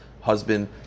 husband